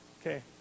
Okay